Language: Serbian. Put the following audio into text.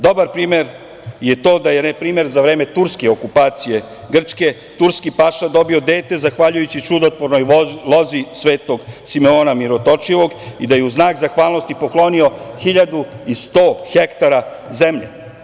Dobar primer je to da je, na primer, za vreme turske okupacije Grčke, turski paša dobio dete zahvaljujući čudotvornoj lozi Svetog Simeona Mirotočivog i da je u znak zahvalnosti poklonio 1.100 hektara zemlje.